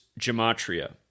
gematria